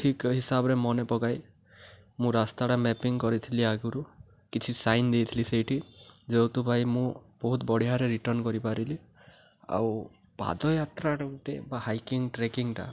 ଠିକ୍ ହିସାବରେ ମନେ ପକାଏ ମୁଁ ରାସ୍ତାଟା ମ୍ୟାପିଙ୍ଗ କରିଥିଲି ଆଗରୁ କିଛି ସାଇନ୍ ଦେଇଥିଲି ସେଇଠି ଯେଉଁଥିପାଇଁ ମୁଁ ବହୁତ ବଢ଼ିଆାରେ ରିଟର୍ଣ୍ଣ କରିପାରିଲି ଆଉ ପାଦ ଯାତ୍ରାଟା ଗୋଟେ ବା ହାଇକିଙ୍ଗ ଟ୍ରେକିଙ୍ଗଟା